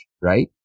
right